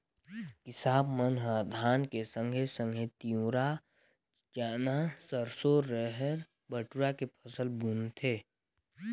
किसाप मन ह धान के संघे संघे तिंवरा, चना, सरसो, रहेर, बटुरा के फसल बुनथें